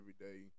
everyday